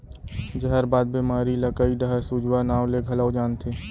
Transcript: जहरबाद बेमारी ल कइ डहर सूजवा नांव ले घलौ जानथें